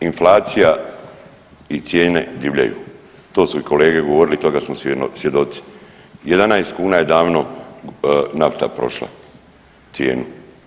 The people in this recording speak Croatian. Inflacija i cijene divljaju, to su i kolege govorili toga smo svjedoci, 11 kuna je davno nafta prošla cijenu.